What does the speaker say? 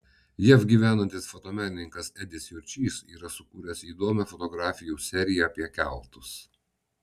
jav gyvenantis fotomenininkas edis jurčys yra sukūręs įdomią fotografijų seriją apie keltus